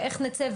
איך נצא,